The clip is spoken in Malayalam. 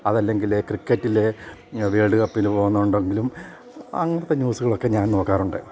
അതല്ലെങ്കിൽ ക്രിക്കറ്റിൽ വേൾഡ് കപ്പിൽ പോകുന്നുണ്ടെങ്കിലും അങ്ങനത്തെ ന്യൂസുകളൊക്കെ ഞാൻ നോക്കാറുണ്ട്